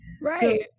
right